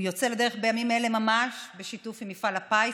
הוא יוצא לדרך בימים אלה ממש בשיתוף עם מפעל הפיס,